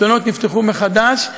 תלונות נפתחו מחדש,